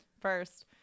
first